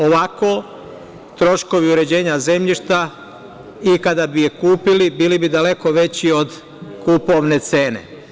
Ovako, troškovi uređenja zemljišta i kada bi ga kupili bili bi daleko veći od kupovne cene.